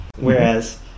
Whereas